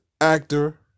actor